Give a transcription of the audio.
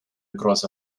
across